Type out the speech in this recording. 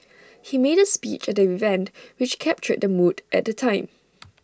he made A speech at the event which captured the mood at the time